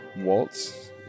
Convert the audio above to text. waltz